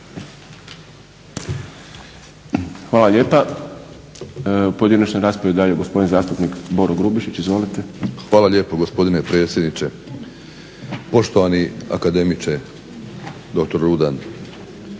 Hvala lijepa. U pojedinačnoj raspravi dalje gospodin zastupnik Boro Grubišić. Izvolite. **Grubišić, Boro (HDSSB)** Hvala lijepo gospodine predsjedničke, poštovani akademiče, doktor Rudan.